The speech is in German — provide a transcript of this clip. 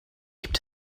gibt